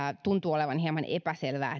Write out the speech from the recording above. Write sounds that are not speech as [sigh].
tuntuu olevan hieman epäselvää [unintelligible]